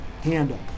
handle